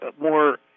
more